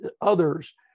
others